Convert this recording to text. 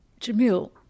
Jamil